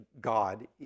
God